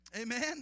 Amen